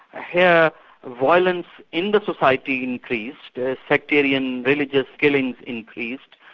here violence in the society increased, sectarian villages killing increased,